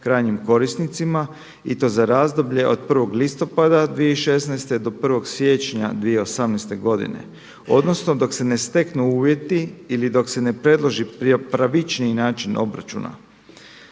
krajnjim korisnicima i to za razdoblje od 1. listopada 2016. do 1. siječnja 2018. godine odnosno dok se ne steknu uvjeti ili dok se ne predloži pravičniji način obračuna